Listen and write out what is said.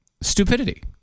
stupidity